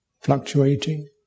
fluctuating